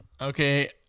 Okay